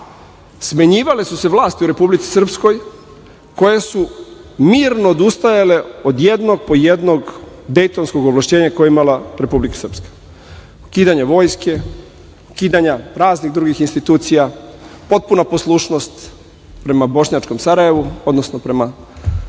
Smenjivale su se vlasti u Republici Srpskoj koje su mirno odustajale od jednog po jednog Dejtonskog ovlašćenja koje je imala Republika Srpska – ukidanja vojske, ukidanja raznih drugih institucija, potpuna poslušnost prema bošnjačkom Sarajevu, odnosno prema